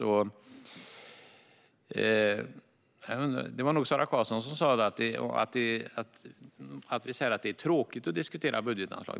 Jag tror att det var Sara Karlsson som sa att vi har sagt att det är tråkigt att diskutera budgetanslag.